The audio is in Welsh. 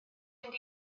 mynd